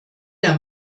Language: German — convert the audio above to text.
der